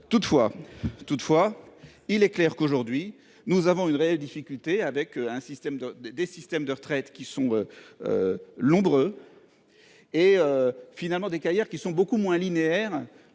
toutefois il est clair qu'aujourd'hui nous avons une réelle difficulté avec un système de, des systèmes de retraite qui sont. L'ombre. Et finalement des carrières qui sont beaucoup moins linéaire